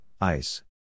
ice